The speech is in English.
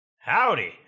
Howdy